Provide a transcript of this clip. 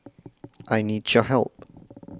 I need your help